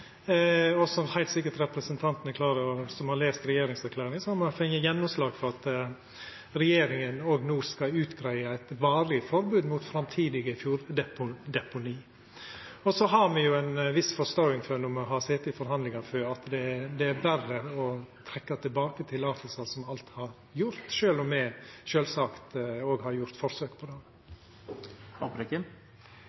representanten Haltbrekken heilt sikkert er klar over etter å ha lese regjeringserklæringa, har me fått gjennomslag for at regjeringa no skal greia ut eit varig forbod mot framtidige fjorddeponi. Me har ei viss forståing for, når me har sete i forhandlingar, at det er verre å trekkja tilbake tillatingar som alt er gjevne, sjølv om me sjølvsagt òg har gjort forsøk på det.